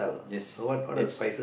yes it's